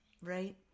Right